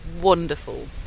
wonderful